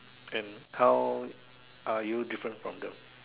and how are you different from them